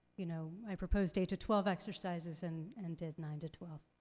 you know i proposed eight to twelve exercises and and did nine to twelve.